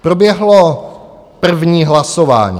Proběhlo první hlasování.